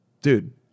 dude